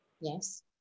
yes